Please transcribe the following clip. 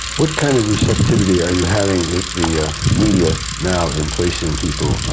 what kind of receptivity are you having with the media now, in placing people